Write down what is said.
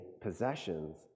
possessions